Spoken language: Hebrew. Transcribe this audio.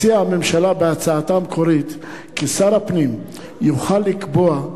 הציעה הממשלה בהצעתה המקורית כי שר הפנים יוכל לקבוע,